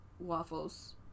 Waffles